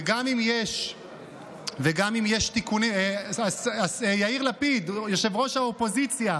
וגם אם יש תיקונים, יאיר לפיד, ראש האופוזיציה,